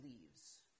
leaves